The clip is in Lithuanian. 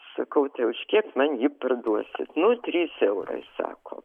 sakau tai už kiek man jį parduosit nu trys eurai sako